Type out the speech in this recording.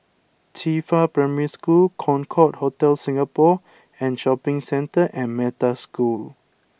Qifa Primary School Concorde Hotel Singapore and Shopping Centre and Metta School